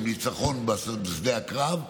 עם ניצחון בשדה הקרב,